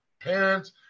parents